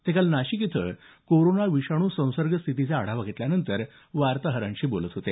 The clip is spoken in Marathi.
ते काल नाशिक इथं कोरोना विषाणू संसर्ग स्थितीचा आढावा घेतल्यानंतर वार्ताहरांशी बोलत होते